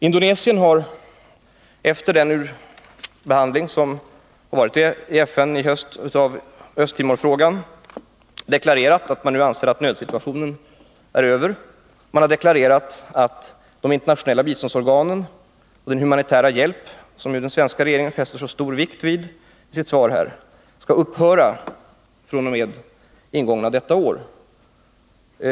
Indonesien har efter den behandling av Östtimorfrågan som har förekommit i FN under hösten deklarerat att man nu anser att nödsituationen är över. Man har deklarerat att de internationella biståndsorganen och den humanitära hjälp, som den svenska regeringen fäster så stor vikt vid — enligt utrikesministerns svar — skall upphöra fr.o.m. ingången av detta år.